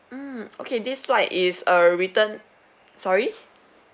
mm okay this flight is err return sorry